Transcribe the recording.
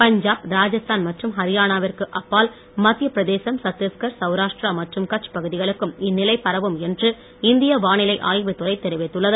பஞ்சாப் ராஜஸ்தான் மற்றும் அரியானாவிற்கு அப்பால் மத்திய பிரதேசம் சத்தீஸ்கார் சவுராஷ்டிரா மற்றும் கட்ச் பகுதிகளுக்கும் இந்நிலை பரவும் என்று இந்திய வானிலை ஆய்வு துறை தெரிவித்துள்ளது